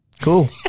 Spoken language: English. Cool